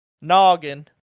noggin